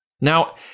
Now